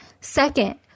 Second